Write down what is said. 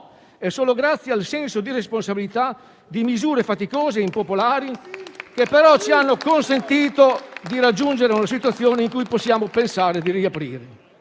è solo grazie al senso di responsabilità, alle misure faticose e impopolari, che però ci hanno consentito di raggiungere una situazione in cui possiamo pensare di riaprire.